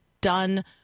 done